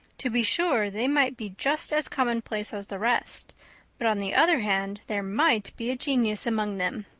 to be sure, they might be just as commonplace as the rest but on the other hand there might be a genius among them.